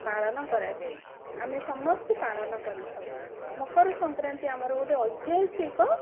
ପାଳନ କରାଯାଇଛି ଆମେ ସମସ୍ତେ ପାଳନ କରିଥାଉ ମକର ସଂକ୍ରାନ୍ତି ଆମର ଗୋଟିଏ ଐତିହାସିକ